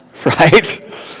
right